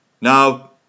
Now